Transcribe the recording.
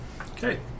Okay